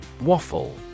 Waffle